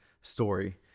story